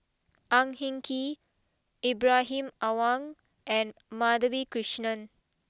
Ang Hin Kee Ibrahim Awang and Madhavi Krishnan